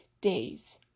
days